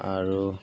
আৰু